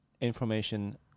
information